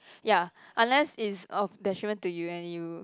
ya unless is of detriment to you and you